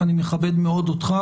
אני מכבד מאוד אותך,